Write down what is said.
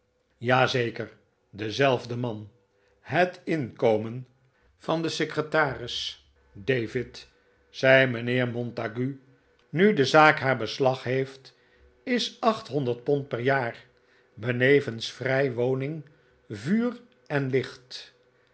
zeker dezelfde man het inkomen van den secretaris david zei mijnheer montague nu de zaak de anglo bengaalsche compagnie haar beslag heeft is achthonderd pond per jaar benevens vrij woning vuur en licht